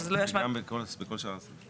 וגם בכל שאר הסעיפים,